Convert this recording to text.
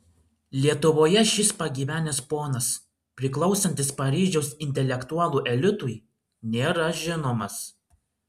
lietuvoje šis pagyvenęs ponas priklausantis paryžiaus intelektualų elitui nėra žinomas